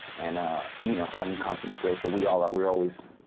and ah you know i'm constantly grateful. we all are. we're always